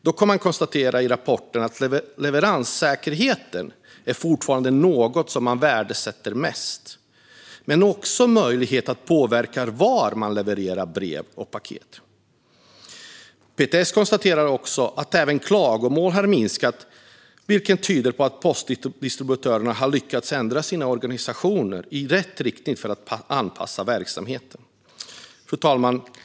Dock konstateras det i rapporten att leveranssäkerheten fortfarande är det som man värdesätter mest men också möjligheten att påverka var brev och paket ska levereras. PTS konstaterar även att klagomålen har minskat, vilket tyder på att postdistributörerna har lyckats ändra sina organisationer i rätt riktning för att anpassa verksamheten. Fru talman!